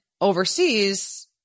overseas